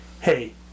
hey